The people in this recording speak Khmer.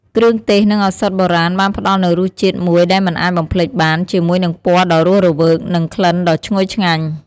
គ្រឿងទេស និងឱសថបុរាណបានផ្តល់នូវរសជាតិមួយដែលមិនអាចបំភ្លេចបាន ជាមួយនឹងពណ៌ដ៏រស់រវើក និងក្លិនដ៏ឈ្ងុយឆ្ងាញ់។